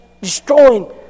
destroying